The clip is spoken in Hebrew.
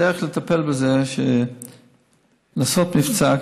הדרך לטפל בזה היא לעשות מבצע,